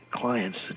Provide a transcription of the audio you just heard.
clients